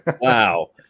Wow